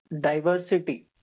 diversity